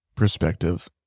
perspective